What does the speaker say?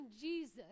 Jesus